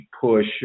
push